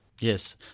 Yes